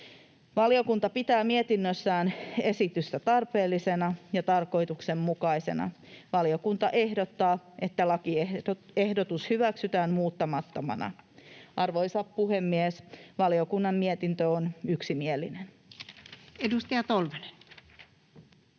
Valiokunta pitää mietinnössään esitystä tarpeellisena ja tarkoituksenmukaisena. Valiokunta ehdottaa, että lakiehdotus hyväksytään muuttamattomana. Arvoisa puhemies! Valiokunnan mietintö on yksimielinen. [Speech